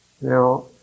Now